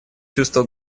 чувство